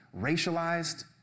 racialized